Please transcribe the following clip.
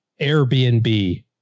Airbnb